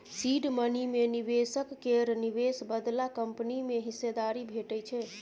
seed money मे निबेशक केर निबेश बदला कंपनी मे हिस्सेदारी भेटै छै